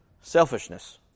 selfishness